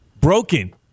Broken